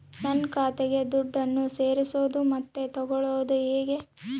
ನನ್ನ ಖಾತೆಗೆ ದುಡ್ಡನ್ನು ಸೇರಿಸೋದು ಮತ್ತೆ ತಗೊಳ್ಳೋದು ಹೇಗೆ?